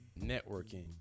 networking